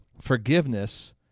forgiveness